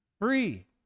Free